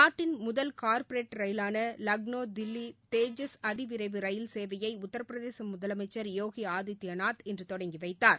நாட்டின் முதல் கார்ப்ரேட் ரயிலான லக்னோ தில்லி தேஜஸ் அதிவிரைவு ரயில் சேவையை உத்திரபிரதேச முதலமைச்சர் யோகி ஆதித்யநாத் இன்று தொடங்கி வைத்தாா்